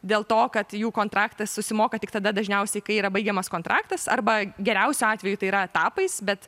dėl to kad jų kontraktas susimoka tik tada dažniausiai kai yra baigiamas kontraktas arba geriausiu atveju tai yra etapais bet